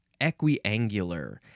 equiangular